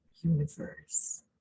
universe